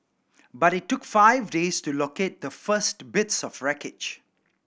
but it took five days to locate the first bits of wreckage